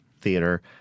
theater